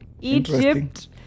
Egypt